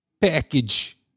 package